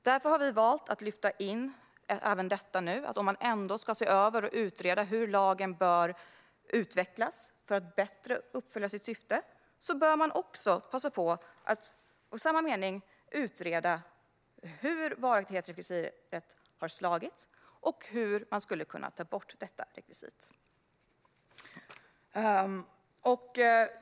Därför har vi valt att ta med att om man ändå ska se över och utreda hur lagen ska utvecklas för att bättre uppfylla sitt syfte bör man också passa på att se på hur varaktighetsrekvisitet har slagit och hur det kan tas bort.